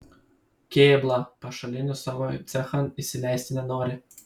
kėbla pašalinių savo cechan įsileisti nenori